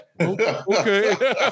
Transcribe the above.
Okay